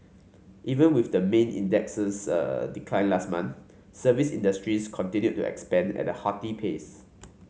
even with the main index's decline last month service industries continued to expand at a hearty pace